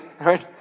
right